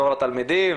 לתלמידים.